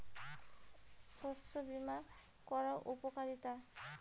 শস্য বিমা করার উপকারীতা?